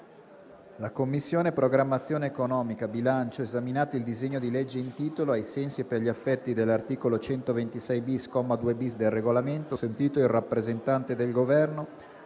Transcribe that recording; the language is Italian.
«La Commissione programmazione economica, bilancio, esaminato il disegno di legge in titolo, ai sensi e per gli effetti dell'articolo 126-*bis*, comma 2-*bis*, del Regolamento, sentito il rappresentante del Governo,